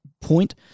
point